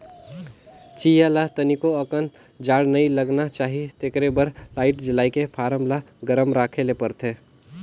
चीया ल तनिको अकन जाड़ नइ लगना चाही तेखरे बर लाईट जलायके फारम ल गरम राखे ले परथे